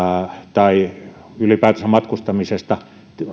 tai ylipäätänsä matkustamisesta